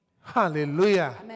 Hallelujah